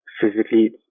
physically